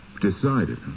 decided